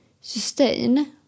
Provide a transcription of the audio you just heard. sustain